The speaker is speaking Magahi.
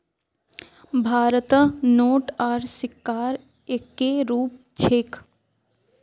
भारतत नोट आर सिक्कार एक्के रूप छेक